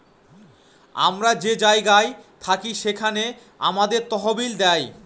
আমরা যে জায়গায় থাকি সেখানে আমাদের তহবিল দেয়